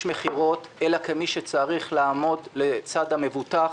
מכירות אלא כמי שצריך לעמוד לצד המבוטח,